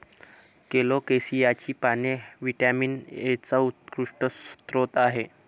कोलोकेसियाची पाने व्हिटॅमिन एचा उत्कृष्ट स्रोत आहेत